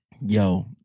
Yo